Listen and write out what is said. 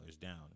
down